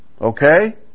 okay